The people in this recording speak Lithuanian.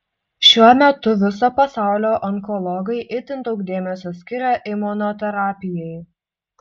šiuo metu viso pasaulio onkologai itin daug dėmesio skiria imunoterapijai